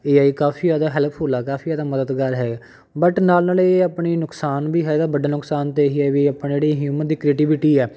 ਏ I ਕਾਫ਼ੀ ਜ਼ਿਆਦਾ helpful ਆ ਕਾਫ਼ੀ ਜ਼ਿਆਦਾ ਮਦਦਗਾਰ ਹੈ ਬਟ ਨਾਲ਼ ਨਾਲ਼ ਇਹ ਆਪਣੀ ਨੁਕਸਾਨ ਵੀ ਹੈਗਾ ਵੱਡਾ ਨੁਕਸਾਨ ਤਾਂ ਇਹੀ ਆ ਵੀ ਆਪਾਂ ਜਿਹੜੀ ਹਿਊਮਨ ਦੀ ਕ੍ਰੀਏਟਿਵਿਟੀ ਆ